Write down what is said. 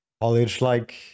college-like